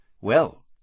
Well